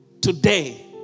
Today